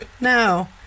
No